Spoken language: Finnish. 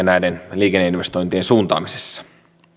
näiden liikenneinvestointien suuntaamisessa